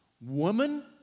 woman